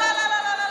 לא, לא, לא, לא.